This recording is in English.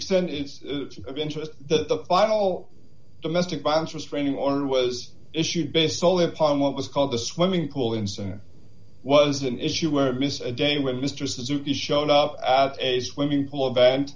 is of interest that the vital domestic violence restraining order was issued based soley upon what was called the swimming pool incident was an issue where miss a day when mr suzuki showed up at a swimming pool